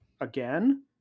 again